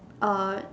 uh